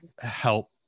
help